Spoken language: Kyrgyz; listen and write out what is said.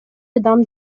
адам